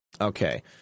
Okay